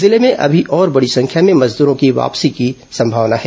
जिले में अभी और बड़ी संख्या में मजदूरों की वापसी होने की संभावना है